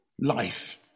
life